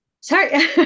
Sorry